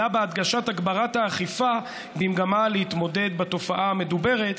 אלא בהדגשת הגברת האכיפה במגמה להתמודד עם התופעה המדוברת.